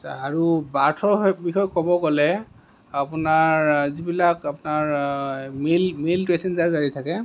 আৰু বাৰ্থৰ হৈ বিষয়ে ক'বলৈ গ'লে আপোনাৰ যিবিলাক আপোনাৰ মিল পেছেঞ্জাৰ আহি থাকে